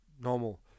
normal